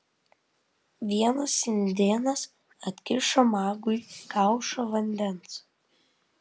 vienas indėnas atkišo magui kaušą vandens